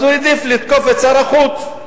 הוא העדיף לתקוף את שר החוץ.